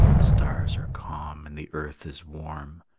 the stars are calm, and the earth is warm,